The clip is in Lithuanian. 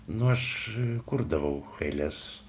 nu aš kurdavau eiles